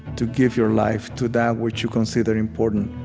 to give your life to that which you consider important.